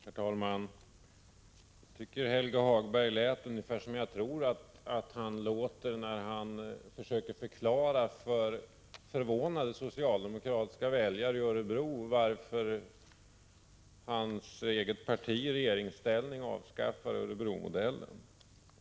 Herr talman! Jag tycker att Helge Hagberg lät ungefär som jag tror att han låter när han försöker förklara för förvånade socialdemokratiska väljare i Örebro varför hans eget parti i regeringsställning avskaffar Örebromodellen.